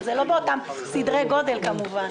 אבל זה לא באותם סדרי גודל כמובן.